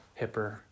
hipper